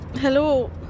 Hello